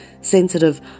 sensitive